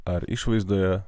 ar išvaizdoje